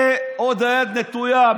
ועוד היד נטויה.